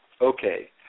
okay